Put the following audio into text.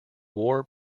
war